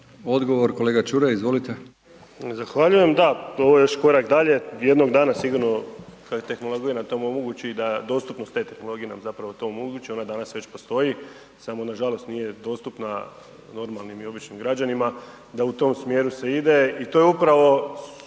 Odgovor kolega Čuraj, izvolite. **Čuraj, Stjepan (HNS)** Zahvaljujem da, to je još korak dalje, jednog dana sigurno kad je tehnologija nam to omogući da dostupnost te tehnologije nam zapravo to omogući, ona danas već postoji, samo nažalost nije dostupna normalnim i običnim građanima, da u tom smjeru se ide i to je upravo